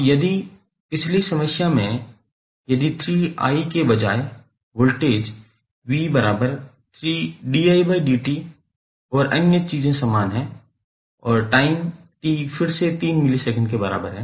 अब यदि पिछली समस्या में यदि 3i के बजाय वोल्टेज 𝑣3𝑑𝑖𝑑𝑡 और अन्य चीजें समान हैं और टाइम t फिर से 3 मिलीसेकंड के बराबर है